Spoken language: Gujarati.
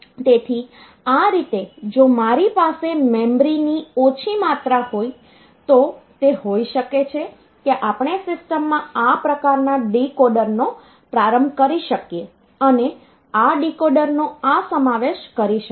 તેથી આ રીતે જો મારી પાસે મેમરીની ઓછી માત્રા હોય તો તે હોઈ શકે છે કે આપણે સિસ્ટમમાં આ પ્રકારના ડીકોડરનો પ્રારંભ કરી શકીએ અને આ ડીકોડરનો આ સમાવેશ કરી શકીએ